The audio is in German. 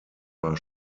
war